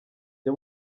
jya